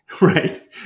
Right